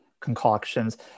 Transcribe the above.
concoctions